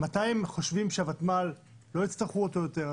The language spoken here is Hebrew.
מתי הם חושבים שלא יצטרכו את הוותמ"ל יותר?